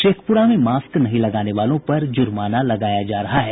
शेखपुरा में मास्क नहीं लगाने वालों पर जुर्माना लगाया जा रहा है